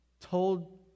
told